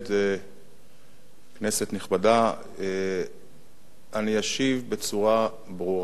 כנסת נכבדה, אני אשיב בצורה ברורה, תכליתית וקצרה.